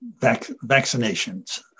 vaccinations